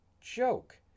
joke